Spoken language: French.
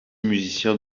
musicien